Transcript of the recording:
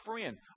friend